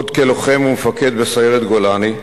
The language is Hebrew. עוד כלוחם ומפקד בסיירת גולני,